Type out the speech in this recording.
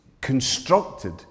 constructed